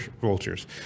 vultures